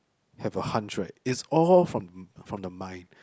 have a hunch right it's all from from the mind